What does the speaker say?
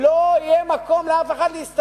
ולאף אחד לא יהיה מקום להסתתר.